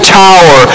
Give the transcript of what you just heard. tower